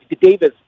Davis